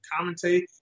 commentate